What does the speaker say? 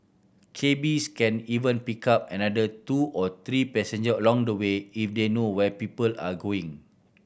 cabbies can even pick up another two to three passengers along the way if they know where people are going